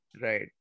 right